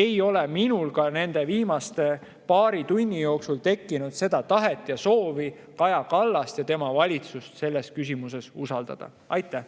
ei ole minul ka viimase paari tunni jooksul tekkinud tahet ja soovi Kaja Kallast ja tema valitsust selles küsimuses usaldada. Aitäh!